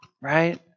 right